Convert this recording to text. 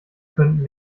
könnten